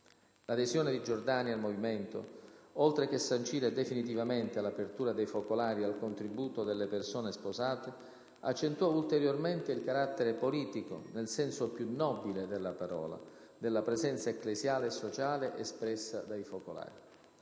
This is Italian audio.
L'adesione di Giordani al Movimento, oltre che sancire definitivamente l'apertura dei Focolari al contributo delle persone sposate, accentuò ulteriormente il carattere politico - nel senso più nobile della parola - della presenza ecclesiale e sociale espressa dai Focolari.